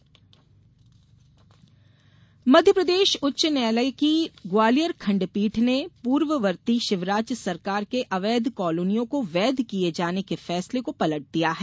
ग्वालियर खंडपीठ फैसला मध्यप्रदेश उच्च न्यायालय की ग्वालियर खंडपीठ ने पूर्ववर्ती शिवराज सरकार के अवैध कॉलोनियों को वैध किए जाने के फैसले को पलट दिया है